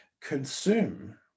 consume